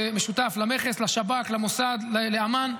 זה משותף למכס, לשב"כ, למוסד, לאמ"ן.